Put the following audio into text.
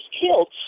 killed